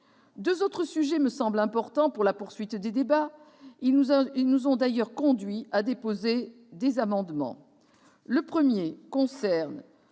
Deux autres sujets me semblent importants pour la poursuite des débats. Ils nous ont d'ailleurs conduits à déposer des amendements. Le premier concerne